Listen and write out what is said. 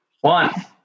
one